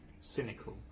cynical